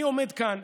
אני עומד כאן,